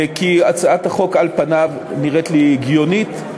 כי הצעת החוק על פניו נראית לי הגיונית.